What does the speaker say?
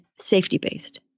safety-based